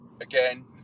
again